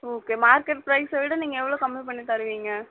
okay market பிரைஸை விட நீங்கள் எவ்வளோ கம்மி பண்ணி தருவீங்க